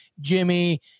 Jimmy